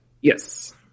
Yes